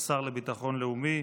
לשר לביטחון לאומי,